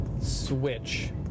switch